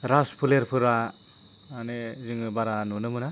राज फोलरफोरा माने जोङो बारा नुनो मोना